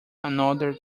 another